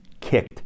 kicked